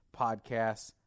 podcasts